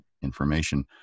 information